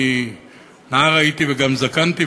נער הייתי וגם זקנתי,